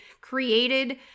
created